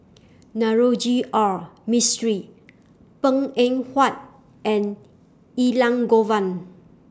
Navroji R Mistri Png Eng Huat and Elangovan